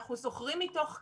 אנחנו זוכרים מתוך כמה?